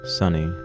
sunny